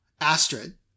Astrid